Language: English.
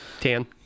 Tan